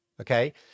Okay